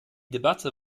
debatte